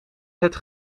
het